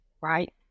right